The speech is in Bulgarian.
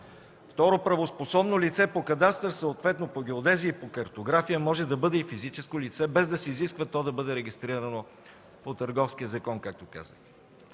Второ, правоспособно лице по кадастър, съответно по геодезия и по картография може да бъде и физическо лице, без да се изисква то да бъде регистрирано по Търговския закон, както казах.